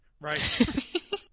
Right